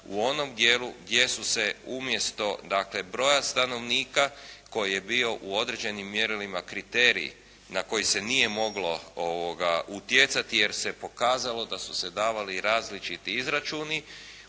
u onom dijelu gdje su se umjesto dakle broja stanovnika koji je bio u određenim mjerilima kriterij na koji se nije moglo utjecati jer se pokazalo da su se davali i različiti izračuni,